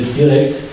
direkt